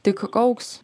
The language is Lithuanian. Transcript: tik augs